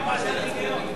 היא אמרה שהיא בעד